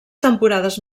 temporades